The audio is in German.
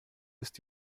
ist